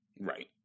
Right